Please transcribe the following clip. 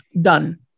Done